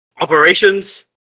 operations